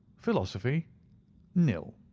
philosophy nil.